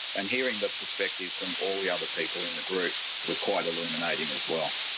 and hearing the perspectives from all the other people in the group was quite illuminating as well.